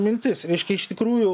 mintis reiškia iš tikrųjų